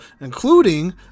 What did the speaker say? including